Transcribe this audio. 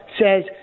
says